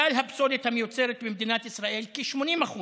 כלל הפסולת המיוצרת במדינת ישראל, כ-80%